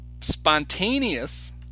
spontaneous